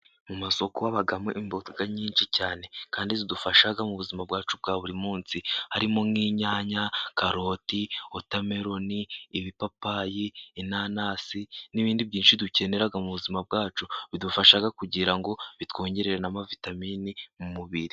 Mu masoko habamo imbuto nyinshi cyane kandi zidufasha mu buzima bwacu bwa buri munsi, harimo nk'inyanya, karoti, wotameroni, ibipapayi, inanasi, n'ibindi byinshi dukenera mu buzima bwacu, bidufasha kugira ngo bitwongere na vitamin imu mubiri.